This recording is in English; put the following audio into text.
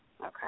Okay